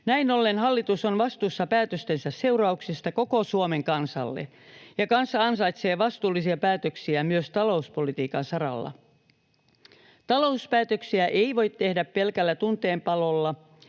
Näin ollen hallitus on vastuussa päätöstensä seurauksista koko Suomen kansalle, ja kansa ansaitsee vastuullisia päätöksiä myös talouspolitiikan saralla. Talouspäätöksiä ei voi tehdä pelkällä tunteen palolla,